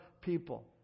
people